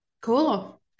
cool